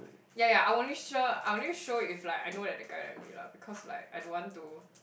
yeah yeah I'll only sure I'll only show if like I know that the guy like me lah because like I don't want to